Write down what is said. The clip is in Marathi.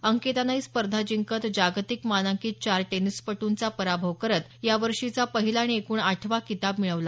अंकितानं ही स्पर्धा जिंकत जागतिक मानांकित चार टेनिसपटूंचा पराभव करत यावर्षीचा पहिला आणि एकूण आठवा किताब मिळवला